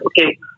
Okay